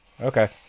Okay